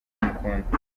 amukunda